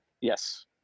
Yes